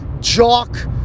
jock